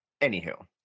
anywho